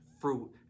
fruit